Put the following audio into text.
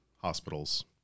hospitals